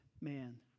man